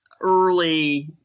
early